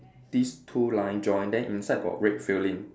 these two line join then inside got red filling